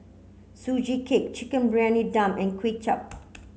Sugee Cake Chicken Briyani Dum and Kuay Chap